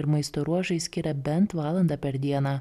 ir maisto ruošai skiria bent valandą per dieną